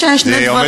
יש שני דברים,